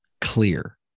clear